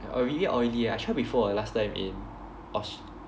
oh really oily ah I tried before last time in aus~